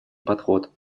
подход